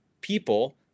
people